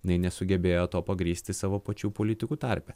jinai nesugebėjo to pagrįsti savo pačių politikų tarpe